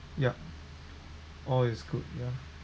yup all is good ya